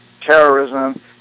terrorism